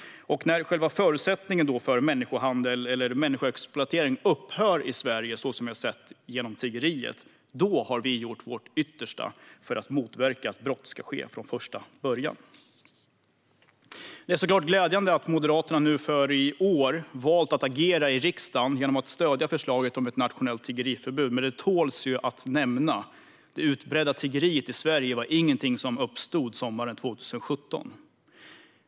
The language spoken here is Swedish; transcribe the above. När själva förutsättningen för människohandel eller människoexploatering upphör i Sverige, så som vi har sett genom tiggeriet, har vi gjort vårt yttersta för att från första början motverka att brott ska ske. Det är såklart glädjande att Moderaterna nu för i år har valt att agera i riksdagen genom att stödja förslaget om ett nationellt tiggeriförbud. Men det tål ju att nämnas att det utbredda tiggeriet i Sverige inte var något som uppstod sommaren 2017.